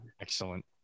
Excellent